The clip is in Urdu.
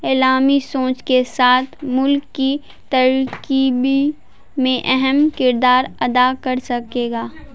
عالمی سوچ کے ساتھ ملک کی ترقی میں اہم کردار ادا کر سکے گا